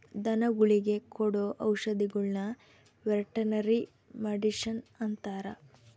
ಧನಗುಳಿಗೆ ಕೊಡೊ ಔಷದಿಗುಳ್ನ ವೆರ್ಟನರಿ ಮಡಿಷನ್ ಅಂತಾರ